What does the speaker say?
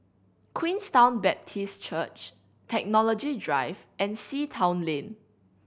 Queenstown Baptist Church Technology Drive and Sea Town Lane